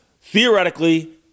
Theoretically